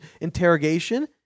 interrogation